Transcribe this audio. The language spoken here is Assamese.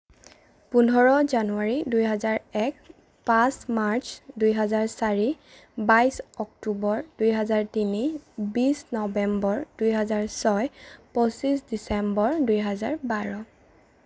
পোন্ধৰ জানুৱাৰী দুহেজাৰ এক পাঁচ মাৰ্চ দুহেজাৰ চাৰি বাইছ অক্টোবৰ দুহেজাৰ তিনি বিশ নৱেম্বৰ দুহেজাৰ ছয় পঁচিছ ডিচেম্বৰ দুহেজাৰ বাৰ